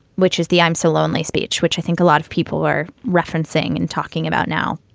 which is the i'm so lonely speech, which i think a lot of people are referencing and talking about. now,